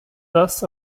dass